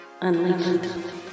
unleashed